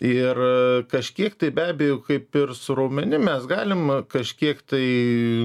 ir kažkiek tai be abejo kaip ir su raumenim mes galim kažkiek tai